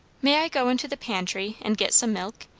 may i go into the pantry and get some milk?